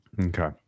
Okay